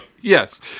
Yes